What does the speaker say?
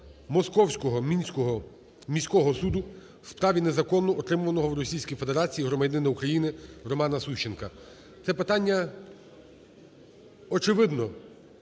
Московського міського суду у справі незаконно утримуваного в Російській Федерації громадянина України Романа Сущенка. Це питання, очевидно,